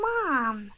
Mom